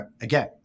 again